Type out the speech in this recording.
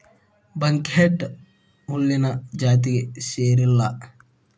buckwheat ಹುಲ್ಲಿನ ಜಾತಿಗೆ ಸೇರಿಲ್ಲಾ